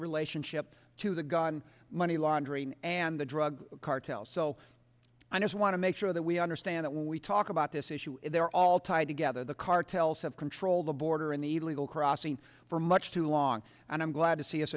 relationship to the gun money laundering and the drug cartels so i just want to make sure that we understand it when we talk about this issue they're all tied together the cartels have control the border and the legal crossing for much too long and i'm glad to see us